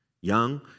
young